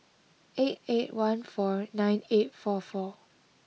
eight eight one four nine eight four four